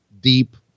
deep